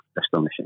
Astonishing